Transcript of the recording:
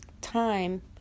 time